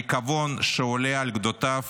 הריקבון שעולה על גדותיו